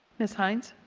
mrs. hynes.